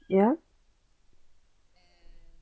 ya